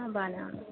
బాగానే ఉన్నాము